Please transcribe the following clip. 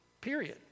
Period